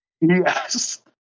Yes